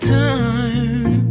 time